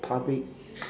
public